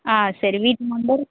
ஆ சரி வீட்டு நம்பரு